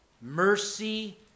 mercy